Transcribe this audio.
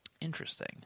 Interesting